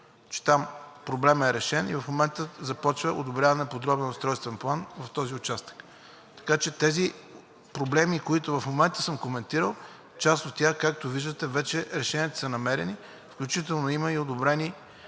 че там проблемът е решен и в момента започва одобряване на подробен устройствен план в този участък. Така че тези проблеми, които в момента съм коментирал, част от тях, както виждате, вече решенията са намерени, включително има и одобрени